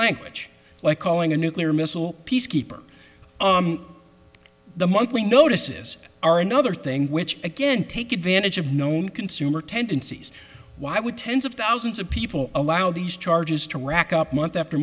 language like calling a nuclear missile peacekeeper the monthly notices are another thing which again take advantage of known consumer tendencies why would tens of thousands of people allow these charges to rack up month after